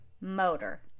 Motor